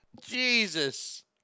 Jesus